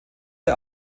der